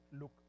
look